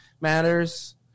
Matters